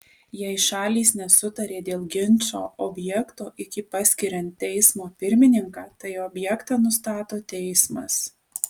jei šalys nesutarė dėl ginčo objekto iki paskiriant teismo pirmininką tai objektą nustato teismas